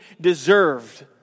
deserved